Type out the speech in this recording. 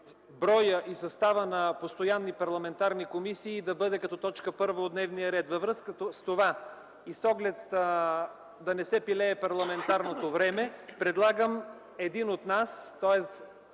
броя и състава на постоянни парламентарни комисии да бъде като т. 1 от дневния ред. Във връзка с това и с оглед да не се пилее парламентарното време, предлагам един от нас, тоест